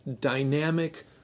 dynamic